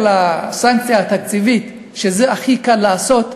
מעבר לסנקציה התקציבית, ואת זה הכי קל לעשות,